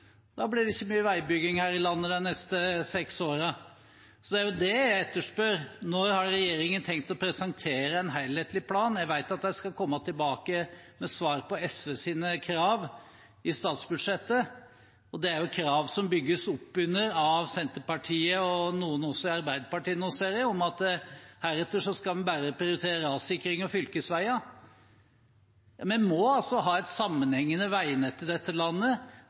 seks årene. Det er det jeg etterspør: Når har regjeringen tenkt å presentere en helhetlig plan? Jeg vet at de skal komme tilbake med svar på SVs krav i statsbudsjettet, og det er jo krav som bygges opp under av Senterpartiet og også noen i Arbeiderpartiet, om at man heretter bare skal prioritere rassikring og fylkesveier. Vi må altså ha et sammenhengende veinett i dette landet,